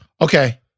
Okay